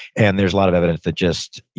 and there's a lot of evidence that just,